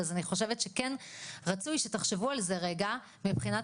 אז אני חושבת שכן רצוי שתחשבו על זה רגע מבחינת